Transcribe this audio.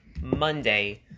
Monday